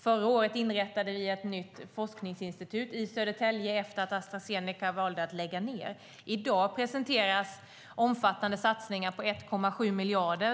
Förra året inrättade vi ett nytt forskningsinstitut i Södertälje efter att Astra Zeneca valt att lägga ned. I dag presenteras omfattande satsningar på 1,7 miljarder.